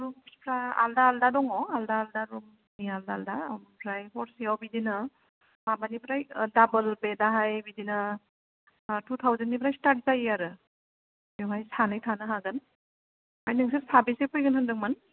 रुमफ्रा आलादा आलादा दङ आलादा आलादा रुमनि आलादा आलादा ओमफ्राय हरसेयाव बिदिनो माबानिफ्राय दाबोल बेद आहाय बिदिनो थु थाउजेन्डनिफ्राय स्थार्ड जायो आरो बेवहाय सानै थानो हागोन ओमफ्राय नोंसोर साबेसे फैगोन होन्दोंमोन